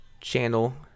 channel